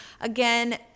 Again